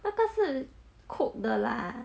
那个是 cooked 的 lah